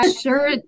sure